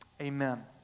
amen